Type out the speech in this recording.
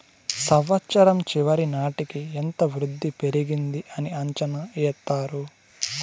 సంవచ్చరం చివరి నాటికి ఎంత వృద్ధి పెరిగింది అని అంచనా ఎత్తారు